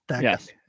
Yes